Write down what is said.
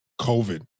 COVID